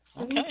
Okay